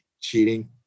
cheating